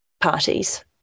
parties